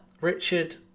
richard